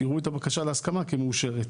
יראו את הבקשה להסכמה כמאושרת.